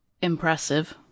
impressive